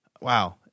wow